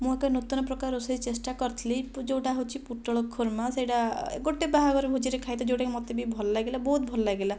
ମୁଁ ଏକ ନୂତନ ପ୍ରକାର ରୋଷେଇ ଚେଷ୍ଟା କରିଥିଲି ଯେଉଁଟା ହେଉଛି ପୋଟଳ ଖୁର୍ମା ସେଇଟା ଗୋଟିଏ ବାହାଘର ଭୋଜିରେ ଖାଇଥିଲି ଯେଉଁଟା ମୋତେ ଭଲ ଲାଗିଲା ବହୁତ ଭଲ ଲାଗିଲା